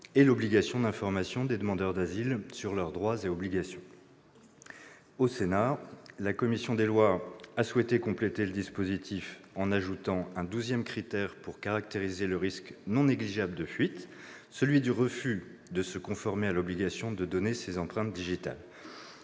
de l'obligation d'information des demandeurs d'asile sur leurs droits et obligations. Au Sénat, la commission des lois a souhaité compléter le dispositif en ajoutant un douzième critère pour caractériser le risque non négligeable de fuite : le refus de se conformer à l'obligation de donner ses empreintes digitales.